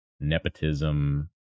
nepotism